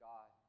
God